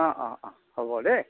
অ' অ' অ' হ'ব দেই